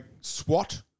SWAT